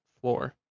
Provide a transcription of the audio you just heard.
floor